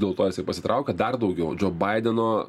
dėl to jisai pasitraukė dar daugiau džo baideno